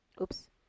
Oops